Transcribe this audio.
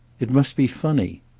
it must be funny.